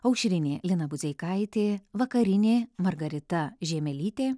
aušrinė lina budzeikaitė vakarinė margarita žiemelytė